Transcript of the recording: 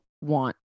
want